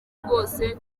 rwose